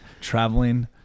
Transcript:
traveling